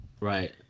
Right